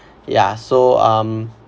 yeah so um